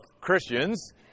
Christians